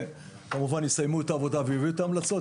וכשכמובן יסיימו את העבודה ויביאו את ההמלצות,